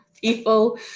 people